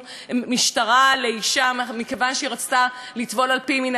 מכיוון שהיא רצתה לטבול על-פי מנהגה ולא על-פי מה שנאמר לה.